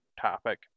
topic